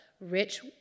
rich